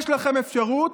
יש לכם אפשרות,